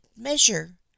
measure